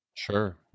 Sure